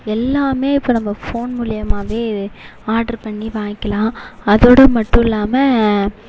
எல்லாம் இப்போ நம்ம ஃபோன் மூலியமாகவே ஆட்ரு பண்ணி வாய்ங்கலாம் அதோடு மட்டும் இல்லாமல்